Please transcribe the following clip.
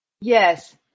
Yes